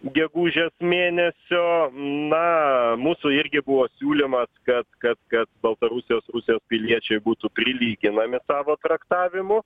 gegužės mėnesio na mūsų irgi buvo siūlymas kad kad kad baltarusijos rusijos piliečiai būtų prilyginami savo traktavimu